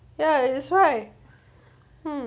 ya that's why hmm